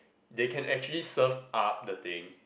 they can actually surf up the thing